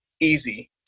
easy